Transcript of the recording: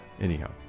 anyhow